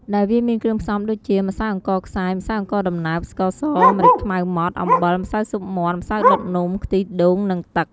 ដែលវាមានគ្រឿងផ្សំដូចជា ម្សៅអង្ករខ្សាយ ម្សៅអង្គរដំណើប ស្ករស ម្រេចខ្មៅម៉ដ្ត អំបិល ម្សៅស៊ុបមាន់ ម្សៅដុតនំ ខ្ទិះដូង និង ទឹក។